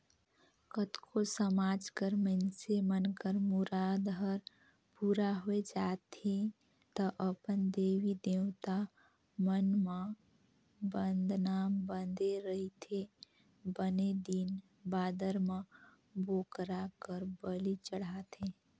कतको समाज कर मइनसे मन कर मुराद हर पूरा होय जाथे त अपन देवी देवता मन म बदना बदे रहिथे बने दिन बादर म बोकरा कर बली चढ़ाथे